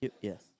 yes